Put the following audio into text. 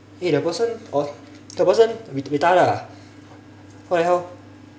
eh the person or the person retarded ah what the hell